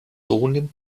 nimmt